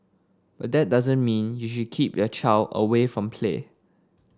but that doesn't mean you should keep your child away from play